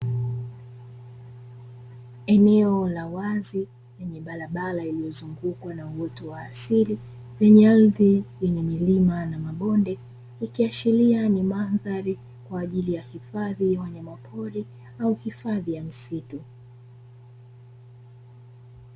Eneo la wazi lenye barabara iliozungukwa na uoto wa asili, lenye ardhi yenye milima na mabonde, ikiashiria ni mandhari kwa ajili ya hifadhi ya wanyama pori au hifadhi ya msitu.